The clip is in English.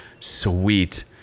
Sweet